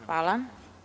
Hvala.